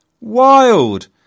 Wild